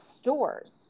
stores